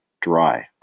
dry